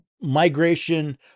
migration